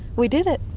we did it.